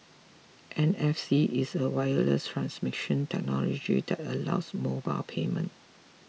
N F C is a wireless transmission technology that allows mobile payment